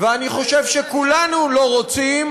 ואני חושב שכולנו לא רוצים,